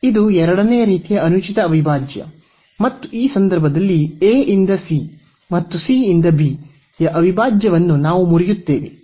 ಇದು ಎರಡನೆಯ ರೀತಿಯ ಅನುಚಿತ ಅವಿಭಾಜ್ಯ ಮತ್ತು ಈ ಸಂದರ್ಭದಲ್ಲಿ a ಇಂದ c ಮತ್ತು c ಇಂದ bಯ ಅವಿಭಾಜ್ಯವನ್ನು ನಾವು ಮುರಿಯುತ್ತೇವೆ